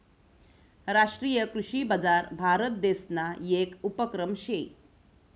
राष्ट्रीय कृषी बजार भारतदेसना येक उपक्रम शे